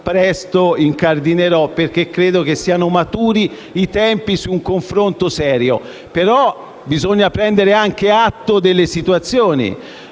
presto incardinerò perché credo che siano maturi i tempi per un confronto serio. Però bisogna prendere anche atto delle situazioni;